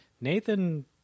Nathan